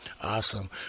Awesome